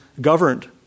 governed